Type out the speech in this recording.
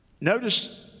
Notice